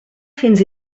fins